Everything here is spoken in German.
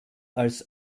als